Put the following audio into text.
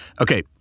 Okay